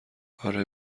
آره